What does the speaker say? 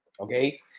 okay